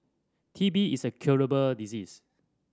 T B is a curable disease